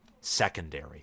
secondary